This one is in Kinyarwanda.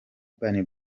urban